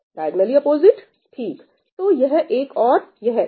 diagonally opposite ठीक तो यह एक और यह एक